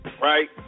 right